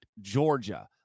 Georgia